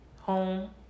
home